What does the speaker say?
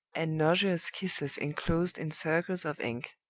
and nauseous kisses inclosed in circles of ink.